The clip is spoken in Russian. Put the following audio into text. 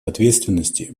ответственности